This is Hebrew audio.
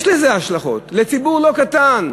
יש לזה השלכות על ציבור לא קטן,